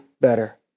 better